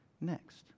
next